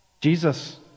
Jesus